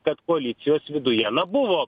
kad koalicijos viduje na buvo